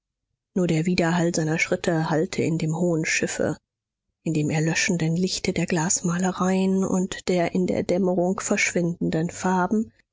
nur der widerhall seiner schritte hallte in dem hohen schiffe in dem erlöschenden lichte der glasmalereien und der in der dämmerung verschwindenden farben